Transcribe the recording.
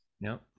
no